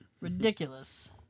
Ridiculous